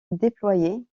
déployés